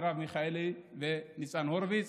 מרב מיכאלי וניצן הורוביץ,